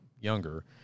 younger